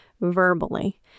verbally